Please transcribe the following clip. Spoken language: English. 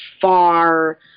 far